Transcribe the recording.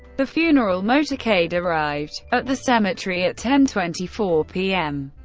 the funeral motorcade arrived at the cemetery at ten twenty four p m.